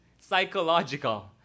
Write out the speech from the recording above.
psychological